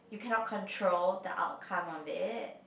you cannot control the outcome of it